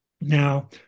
Now